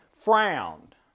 frowned